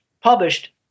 Published